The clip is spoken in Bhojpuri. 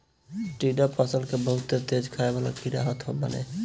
टिड्डा फसल के बहुते तेज खाए वाला कीड़ा होत बाने